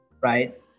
right